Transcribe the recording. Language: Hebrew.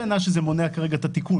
טענה מצידך,